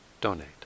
donate